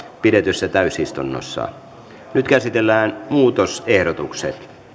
pidetyssä täysistunnossa nyt käsitellään muutosehdotukset